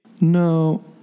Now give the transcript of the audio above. No